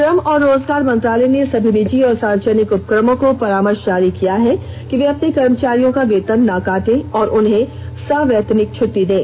श्रम और रोजगार मंत्रालय ने सभी निजी और सार्वजनिक उपक्रमों को परामर्श जारी किया है कि वे अपने कर्मचारियों का वेतन न काटें और उन्हें सवैतनिक छुट्टी दें